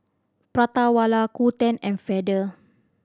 Prata Wala Qoo Ten and Feather